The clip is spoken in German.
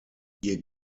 ihr